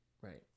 right